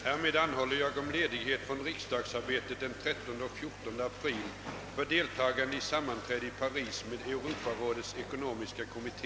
Härmed anhåller jag om ledighet från riksdagsarbetet den 13 och 14 april för deltagande i sammanträde i Paris med Europarådets ekonomiska kommitté.